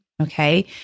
okay